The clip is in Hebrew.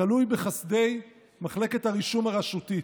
תלוי בחסדי מחלקת הרישום הרשותית.